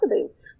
positive